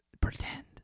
pretend